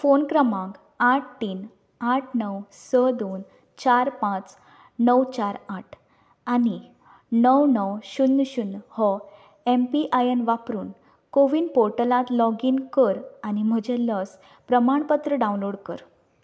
phone क्रमांक आठ तीन आठ णव स दोन चार पांच णव चार आठ आनी णव मव शुन्य शुन्य हो एम पी आय एन वापरून कोविन पोर्टलांत लॉग इन कर आनी म्हजें लस प्रमाणपत्र डावनलोड कर